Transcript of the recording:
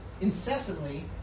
incessantly